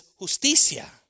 justicia